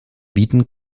bieten